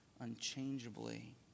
unchangeably